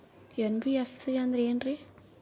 NBFC ಅಂದ್ರ ಏನ್ರೀ?